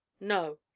no